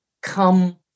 come